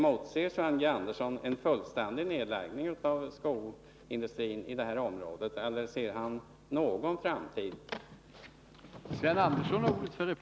Motser Sven G. Andersson en fullständig nedläggning av skoindustrin i detta område eller ser han någon framtid för den?